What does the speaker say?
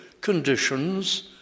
conditions